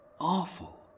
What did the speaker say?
Awful